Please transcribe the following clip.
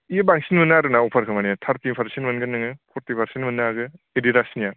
बेयो बांसिन मोनो आरोना अफारखौ माने थार्टि पारसेन्ट मोनगोन नोङो फर्टि पारसेन्ट मोननो हागोन एडिडासनिया